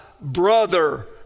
brother